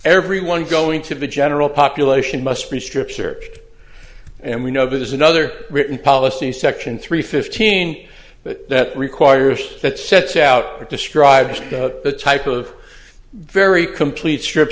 everyone going to the general population must be strip searched and we know there's another written policy section three fifteen but that requires that sets out to describe the type of very complete strip